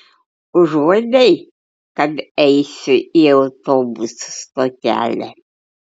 užuodei kad eisiu į autobusų stotelę